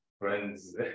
friends